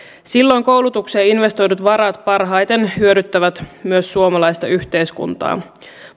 silloin koulutukseen investoidut varat parhaiten hyödyttävät myös suomalaista yhteiskuntaa